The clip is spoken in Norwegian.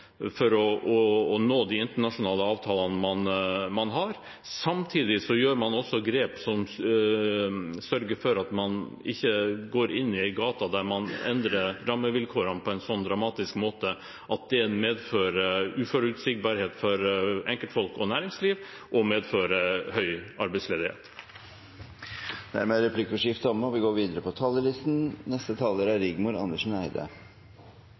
for å nå målene i de internasjonale avtalene. Samtidig tar man også grep som sørger for at man ikke går inn i en gate der man endrer rammevilkårene på en så dramatisk måte at det medfører uforutsigbarhet for enkeltpersoner og næringsliv og høy arbeidsledighet. Replikkordskiftet er omme. Budsjettforhandlingene i år har vært krevende. Det er fordi vi har forhandlet et budsjett som skal ta oss et skritt videre